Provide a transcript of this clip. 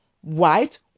white